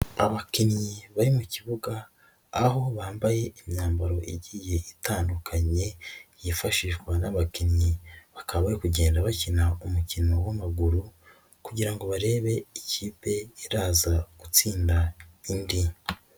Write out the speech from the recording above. Abakinnyi bari mu kibuga aho bambaye imyambaro igiye itandukanye yifashishwa n'abakinnyi bakaba bari kugenda bakina umukino w'amaguru kugira ngo barebe ikipe iraza gutsinda indi.